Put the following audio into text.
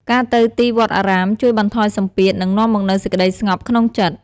ការទៅទីវត្តអារាមជួយបន្ថយសម្ពាធ និងនាំមកនូវសេចក្ដីស្ងប់ក្នុងចិត្ត។